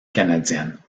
canadienne